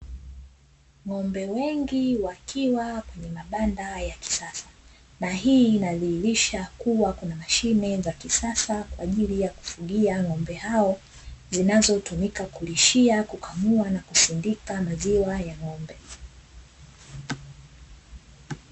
Ng’ombe wengi wakiwa kwenye mabanda ya kisasa, na hii linalihisisha kuwa kuna mashine za kisasa za kufugia ng’ombe hao zinazotumika kulishia, kukamua na kusindika maziwa ya ng’ombe.